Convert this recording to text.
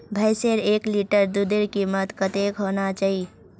भैंसेर एक लीटर दूधेर कीमत कतेक होना चही?